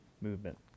movement